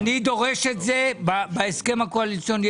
אני דורש את זה בהסכם הקואליציוני,